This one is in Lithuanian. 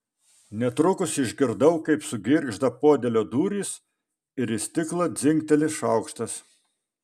netrukus išgirdau kaip sugirgžda podėlio durys ir į stiklą dzingteli šaukštas